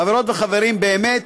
חברות וחברים, באמת